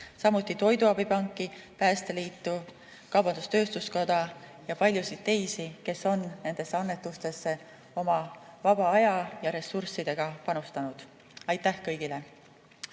Eesti Toidupanka, Päästeliitu, Eesti Kaubandus-Tööstuskoda ja paljusid teisi, kes on nendesse annetustesse oma vaba aja ja ressurssidega panustanud. Aitäh kõigile!